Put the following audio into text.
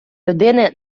людини